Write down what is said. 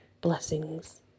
blessings